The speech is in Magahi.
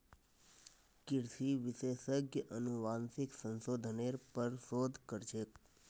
कृषि विशेषज्ञ अनुवांशिक संशोधनेर पर शोध कर छेक